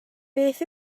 beth